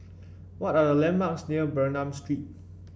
what are a landmarks near Bernam Street